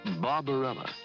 Barbarella